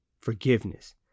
forgiveness